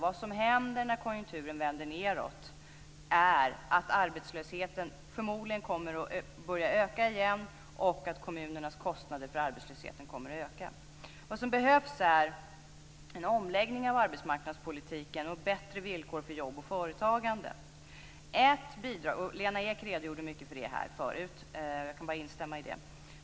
När konjunkturen vänder nedåt kommer förmodligen arbetslösheten att börja öka igen, och kommunernas kostnader för arbetslösheten kommer att öka. Vad som behövs är en omläggning av arbetsmarknadspolitiken och bättre villkor för jobb och företagande. Lena Ek redogjorde mycket för det här förut. Jag kan bara instämma i det.